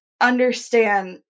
understand